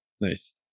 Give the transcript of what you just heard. nice